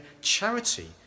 charity